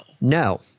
No